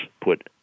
put